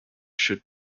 should